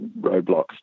roadblocks